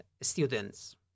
students